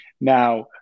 now